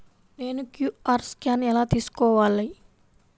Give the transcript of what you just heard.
నేను QR scan ఎలా తీసుకోవాలి?